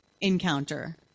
encounter